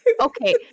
Okay